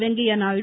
Venkaiah Naidu